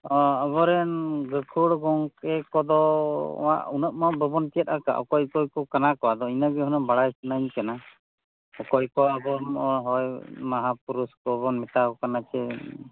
ᱟᱵᱚᱨᱮᱱ ᱜᱟᱹᱠᱷᱩᱲ ᱜᱚᱝᱠᱮ ᱠᱚᱫᱚᱦᱟᱸᱜ ᱩᱱᱟᱹᱜ ᱢᱟ ᱵᱟᱵᱚᱱ ᱪᱮᱫ ᱟᱠᱟᱫ ᱚᱠᱚᱭᱠᱚ ᱠᱟᱱᱟᱠᱚ ᱟᱫᱚ ᱤᱱᱟᱹᱜᱮ ᱦᱩᱱᱟᱹᱝ ᱵᱟᱲᱟᱭ ᱥᱟᱱᱟᱧ ᱠᱟᱱᱟ ᱚᱠᱚᱭᱠᱚ ᱟᱵᱚ ᱦᱚᱲ ᱢᱟᱦᱟ ᱯᱩᱨᱩᱥᱠᱚᱵᱚᱱ ᱢᱮᱛᱟᱠᱚ ᱠᱟᱱᱟ ᱪᱮ